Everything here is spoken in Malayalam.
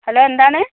ഹലോ എന്താണ്